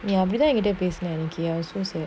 ya I didn't indicate placement okay I was so sad